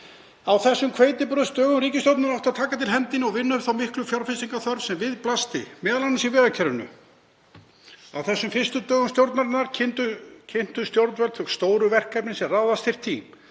Á þessum hveitibrauðsdögum ríkisstjórnarinnar átti að taka til hendinni og vinna upp þá miklu fjárfestingarþörf sem við blasti, m.a. í vegakerfinu. Á þessum fyrstu dögum stjórnarinnar kynntu stjórnvöld þau stóru verkefni sem ráðast þyrfti